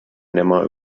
nimmer